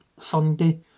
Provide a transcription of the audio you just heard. Sunday